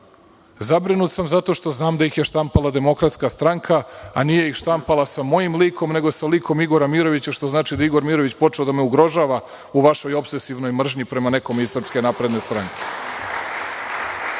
Zabrinut sam zato što znam da ih je štampala Demokratska stranka, a nije ih štampala sa mojim likom, nego sa likom Igora Mirovića, što znači da je Igor Mirović počeo da me ugrožava u vašoj opsesivnoj mržnji prema nekome iz Srpske napredne stranke.